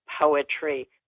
poetry